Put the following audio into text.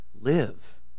live